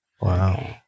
Wow